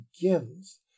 begins